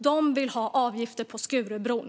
De vill ha avgifter på Skurubron.